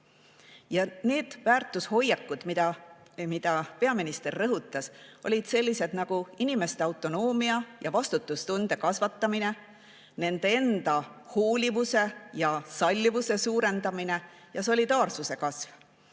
Ja need väärtushoiakud, mida peaminister rõhutas, olid sellised nagu inimeste autonoomia ja vastutustunde kasvatamine, nende enda hoolivuse ja sallivuse suurendamine ning solidaarsuse kasv,